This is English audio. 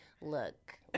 look